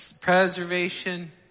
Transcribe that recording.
preservation